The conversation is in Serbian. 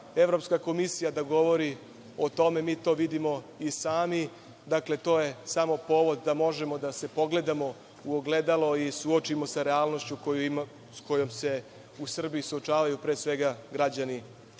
Evropska komisija da govori o tome, mi to vidimo i sami. Dakle, to je samo povod da možemo da se pogledamo u ogledalo i suočimo sa realnošću sa kojom se u Srbiji suočavaju, pre svega građani